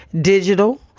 Digital